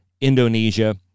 Indonesia